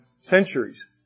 centuries